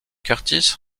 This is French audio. curtis